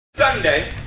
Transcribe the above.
Sunday